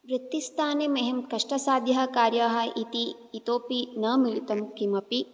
वृत्तिस्थाने मह्यं कष्टसाध्यः कार्यः इति इतोपि न मिलितं किमपि